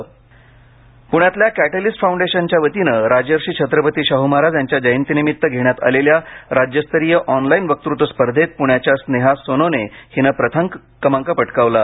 प्ण्यातल्या कॅटलिस्ट फाऊंडेशनवतीने राजर्षी छत्रपती शाह महाराज यांच्या जयंतनिमित्त घेण्यात आलेल्या राज्यस्तरीय ऑनलाईन वक्तत्व स्पर्धेत पुण्याच्या स्नेहा सोनोने हिने प्रथम क्रमांक पटकावला आहे